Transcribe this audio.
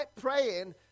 praying